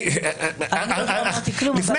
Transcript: לפני